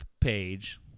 page